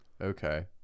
Okay